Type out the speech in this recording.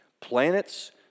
planets